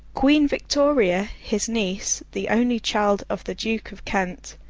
queen victoria, his niece, the only child of the duke of kent,